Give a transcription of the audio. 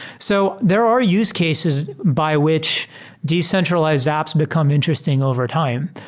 so there are use cases by which decentralized apps become interesting over time.